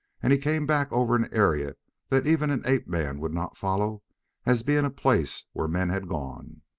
and he came back over an area that even an ape-man would not follow as being a place where men had gone.